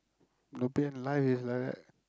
bobian life is like that